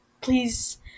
Please